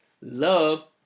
love